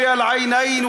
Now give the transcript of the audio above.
אתה גנב.